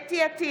חוה אתי עטייה,